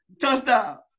Touchdown